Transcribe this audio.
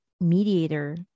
mediator